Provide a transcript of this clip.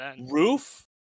roof